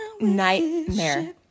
nightmare